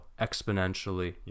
exponentially